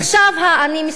אני מסיימת.